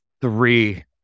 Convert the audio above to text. three